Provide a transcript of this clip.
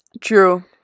True